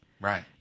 Right